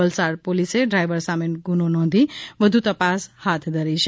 વલસાડ પોલીસે ડ્રાઇવર સામે ગુનો નોંધી વધુ તપાસ હાથ ધરી છે